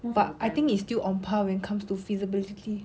but I think it's still on par when comes to feasibility